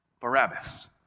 Barabbas